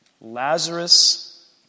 Lazarus